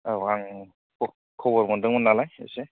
औ आं खबर मोनदोंमोन नालाय एसे